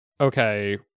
okay